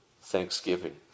thanksgiving